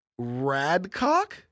Radcock